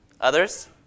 Others